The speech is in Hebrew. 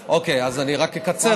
אוקיי, אז אני רק אקצר.